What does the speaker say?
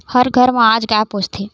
हर घर म आज गाय पोसथे